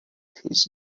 his